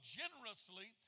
generously